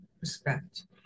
respect